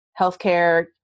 Healthcare